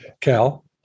Cal